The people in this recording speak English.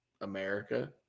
america